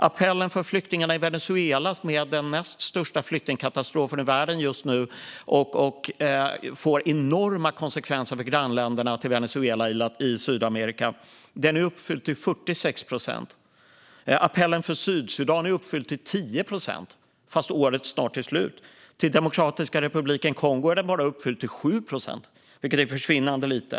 Appellen för flyktingarna i Venezuela, som är den näst största flyktingkatastrofen i världen just nu och som får enorma konsekvenser för Venezuelas grannländer i Sydamerika, är uppfylld till 46 procent. Appellen för Sydsudan är bara uppfylld till 10 procent, trots att året snart är slut. Appellen för Demokratiska republiken Kongo är bara uppfylld till 7 procent, vilket är försvinnande lite.